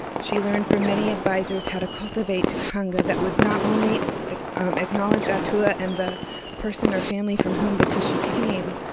she learned from many advisors how to cultivate tikanga that would not only acknowledge atua and the person of ah family from whom the tissue came,